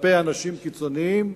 כלפי אנשים קיצוניים,